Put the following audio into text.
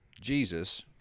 Jesus